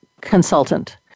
consultant